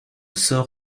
sort